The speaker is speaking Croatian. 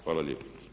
Hvala lijepa.